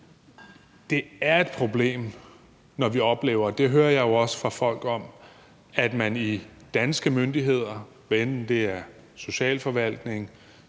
det er et problem, når vi hører om – jeg hører jo også om det fra folk – at man i danske myndigheder, hvad enten det er socialforvaltningen,